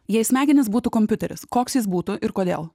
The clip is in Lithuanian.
jei smegenys būtų kompiuteris koks jis būtų ir kodėl